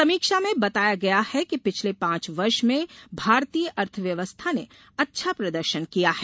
समीक्षा में बताया गया है कि पिछले पांच वर्ष में भारतीय अर्थव्यवस्था ने अच्छा प्रदर्शन किया है